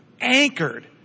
anchored